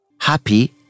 happy